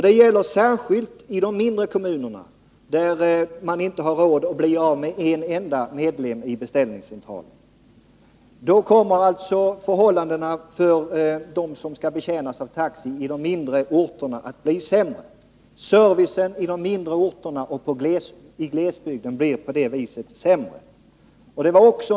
Det gäller särskilt i de mindre kommunerna, där man inte har råd att bli av med en enda medlem i beställningscentralen, ty då riskerar servicen att bli sämre för dem som i dessa kommuner skall betjänas av taxi.